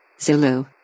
Zulu